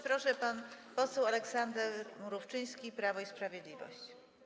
Proszę, pan poseł Aleksander Mrówczyński, Prawo i Sprawiedliwość.